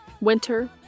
Winter